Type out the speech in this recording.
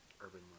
urban